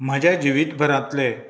म्हाजें जिवीत भरांतलें